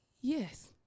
Yes